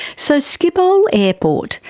so schiphol airport,